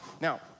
Now